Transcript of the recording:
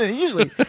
Usually